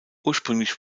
ursprünglich